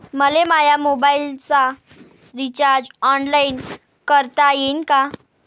मले माया मोबाईलचा रिचार्ज ऑनलाईन करता येईन का?